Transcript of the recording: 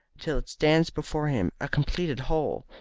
until it stands before him a completed whole?